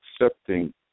accepting